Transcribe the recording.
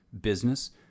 business